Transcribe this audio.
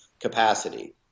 capacity